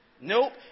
Nope